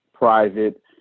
private